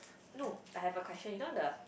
no I have a question you know the